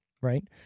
Right